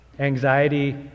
anxiety